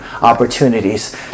opportunities